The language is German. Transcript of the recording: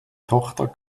tochter